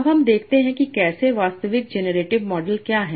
अब हम देखते हैं कि कैसे वास्तविक जेनेरेटिव मॉडल क्या है